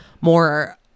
more